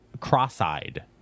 cross-eyed